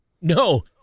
no